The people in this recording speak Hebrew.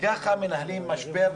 ככה מנהלים משבר?